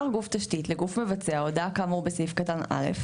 גוף תשתית לגוף המבצע הודעה כאמור בסעיף קטן (א),